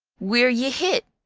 where yeh hit?